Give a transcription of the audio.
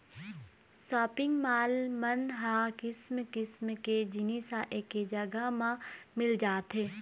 shopping mall मन ह किसम किसम के जिनिस ह एके जघा म मिल जाथे